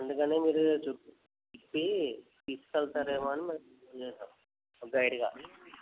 అందుకనే మీరు చుట్టూ తిప్పి తీసుకువెళ్తారేమో అని మళ్ళీ ఫోన్ చేసాం గైడ్గా